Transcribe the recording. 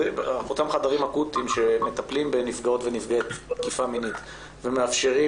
אותם חדרים אקוטיים שמטפלים בנפגעות ונפגעי תקיפה מינית ומאפשרים